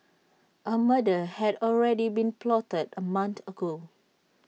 A murder had already been plotted A month ago